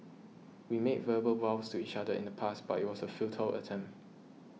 we made verbal vows to each other in the past but it was a futile attempt